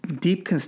deep